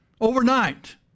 Overnight